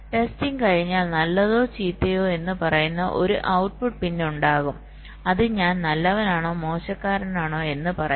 testing കഴിഞ്ഞാൽ നല്ലതോ ചീത്തയോ എന്ന് പറയുന്ന ഒരു ഔട്ട്പുട്ട് പിൻ ഉണ്ടാകും അത് ഞാൻ നല്ലവനാണോ മോശക്കാരനാണോ എന്ന് പറയും